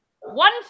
one